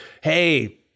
hey